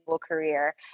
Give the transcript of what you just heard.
career